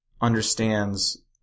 understands